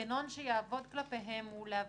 המנגנון שיעבוד כלפיהם הוא, להבנתי,